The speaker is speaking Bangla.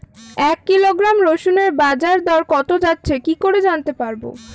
এক কিলোগ্রাম রসুনের বাজার দর কত যাচ্ছে কি করে জানতে পারবো?